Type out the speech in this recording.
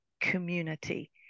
community